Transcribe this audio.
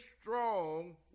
strong